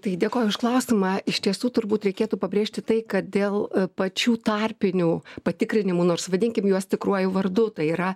tai dėkoju už klausimą iš tiesų turbūt reikėtų pabrėžti tai kad dėl pačių tarpinių patikrinimų nors vadinkim juos tikruoju vardu tai yra